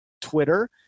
Twitter